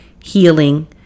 healing